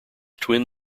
twin